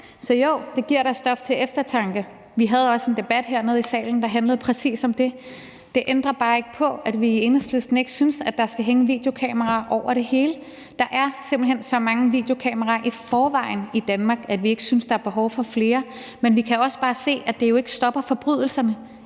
at jo, det giver da stof til eftertanke. Vi havde også en debat hernede i salen, der handlede om præcis det. Det ændrer bare ikke på, at vi i Enhedslisten ikke synes, at der skal hænge videokameraer over det hele. Der er simpelt hen så mange videokameraer i forvejen i Danmark, at vi ikke synes, der er behov for flere, men vi kan også bare se, at det jo ikke stopper forbrydelserne,